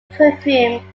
perfume